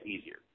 easier